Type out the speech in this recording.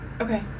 Okay